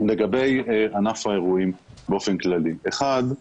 לגבי ענף האירועים באופן כללי, אחד,